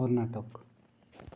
Karnataka